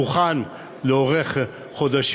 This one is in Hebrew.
אבל הוא הוכן לאורך חודשים,